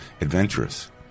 Adventurous